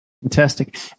Fantastic